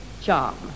charm